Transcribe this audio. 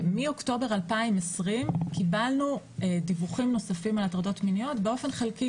מאוקטובר 2020 קיבלנו דיווחים נוספים על הטרדות מיניות באופן חלקי,